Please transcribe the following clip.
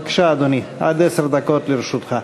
בבקשה, אדוני, עד עשר דקות לרשותך.